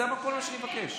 זה כל מה שאני מבקש.